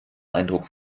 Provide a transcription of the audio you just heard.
eindruck